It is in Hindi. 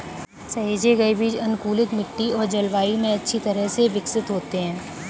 सहेजे गए बीज अनुकूलित मिट्टी और जलवायु में अच्छी तरह से विकसित होते हैं